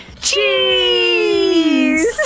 Cheese